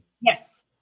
Yes